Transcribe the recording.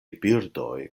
birdoj